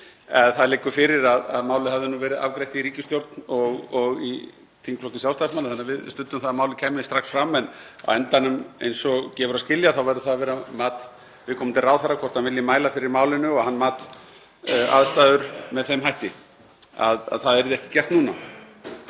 Það liggur fyrir að málið hafði verið afgreitt í ríkisstjórn og í þingflokki Sjálfstæðismanna þannig að við studdum það að málið kæmi strax fram. En á endanum, eins og gefur að skilja, verður það að vera mat viðkomandi ráðherra hvort hann vill mæla fyrir málinu og hann mat aðstæður með þeim hætti að það yrði ekki gert núna.